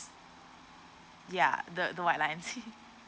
ya the the white lines